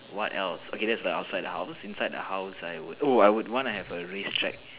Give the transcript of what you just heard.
what else okay that's the outside the house inside the house I would oh I would want to have a race track